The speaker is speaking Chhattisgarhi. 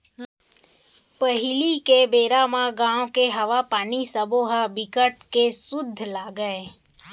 पहिली के बेरा म गाँव के हवा, पानी सबो ह बिकट के सुद्ध लागय